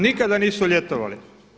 Nikada nisu ljetovali.